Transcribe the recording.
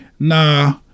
Nah